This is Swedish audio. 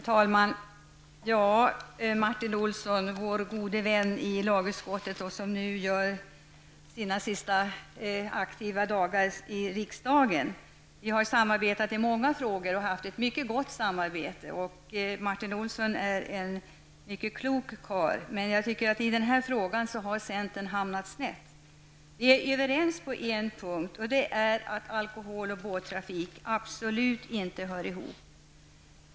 Herr talman! Vår gode vän i lagutskottet Martin Olsson gör nu sina sista aktiva dagar i riksdagen. Vi har samarbetat i många frågor och har haft ett mycket gott samarbete, och Martin Olsson är en mycket klok karl. Men jag tycker att centern i denna fråga har hamnat snett. Vi är överens på en punkt, nämligen att alkohol och båttrafik absolut inte hör ihop.